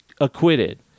acquitted